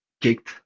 kicked